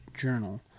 Journal